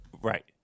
Right